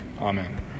Amen